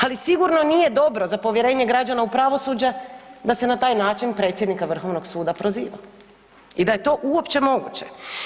Ali sigurno nije dobro za povjerenje građana u pravosuđe da se na taj način predsjednika Vrhovnog suda proziva i da je to uopće moguće.